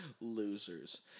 Losers